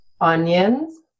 onions